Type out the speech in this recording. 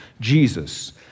Jesus